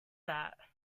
that